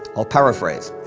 i'll paraphrase.